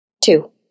Two